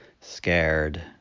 scared